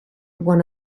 one